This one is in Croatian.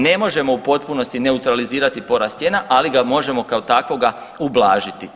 Ne možemo u potpunosti neutralizirati porast cijena, ali ga možemo kao takvoga ublažiti.